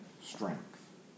strength